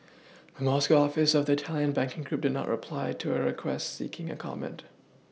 the Moscow office of the italian banking group did not reply to a request seeking a comment